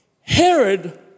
Herod